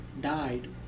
died